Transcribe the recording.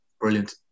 brilliant